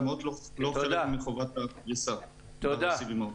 גם הוט לא פטורה מחובת הפריסה של הסיבים האופטיים.